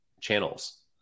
channels